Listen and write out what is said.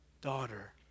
daughter